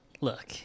look